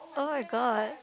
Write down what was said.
oh-my-god